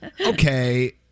okay